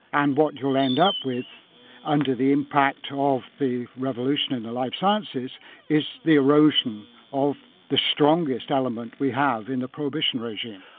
and what you'll end up with under the impact of the revolution in the life sciences is the erosion of the strongest element we have in the prohibition regime.